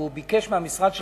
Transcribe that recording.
והוא ביקש מהמשרד שלך,